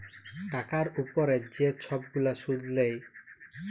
টাকার উপরে যে ছব গুলা সুদ লেয়